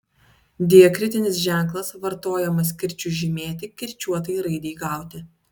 diakritinis ženklas vartojamas kirčiui žymėti kirčiuotai raidei gauti